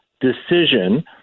decision